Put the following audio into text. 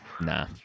Nah